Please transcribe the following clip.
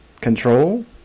Control